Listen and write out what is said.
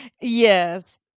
Yes